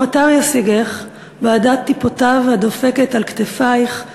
// או מטר ישיגך בעדת טיפותיו הדופקת / על כתפייך,